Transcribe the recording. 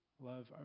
Love